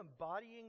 embodying